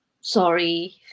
sorry